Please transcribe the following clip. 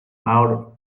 out